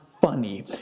funny